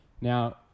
Now